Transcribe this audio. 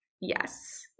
Yes